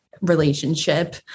relationship